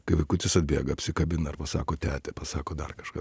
kai vaikutis atbėga apsikabina ir pasako tete pasako dar kažką